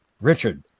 Richard